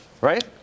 right